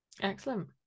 Excellent